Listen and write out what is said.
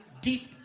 deep